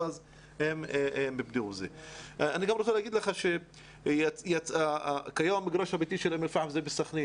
אני גם רוצה להגיד לך שכיום המגרש הביתי של אום אל פאחם הוא בסחנין.